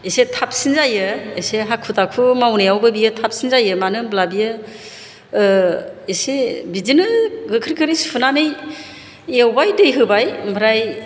एसे थाबसिन जायो एसे हाखु दाखु मावनायावबो बियो थाबसिन जायो मानो होनब्ला बियो एसे बिदिनो गोख्रै गोख्रै सुनानै एवबाय दै होबाय ओमफ्राय